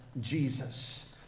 Jesus